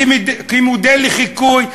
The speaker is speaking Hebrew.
כמודל לחיקוי,